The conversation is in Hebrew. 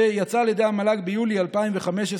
שיצא על ידי המל"ג ביולי 2015,